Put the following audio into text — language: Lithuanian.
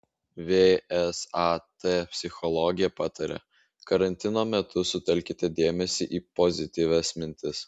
vsat psichologė pataria karantino metu sutelkite dėmesį į pozityvias mintis